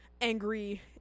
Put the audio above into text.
angry